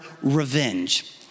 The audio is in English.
revenge